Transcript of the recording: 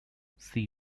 see